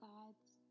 God's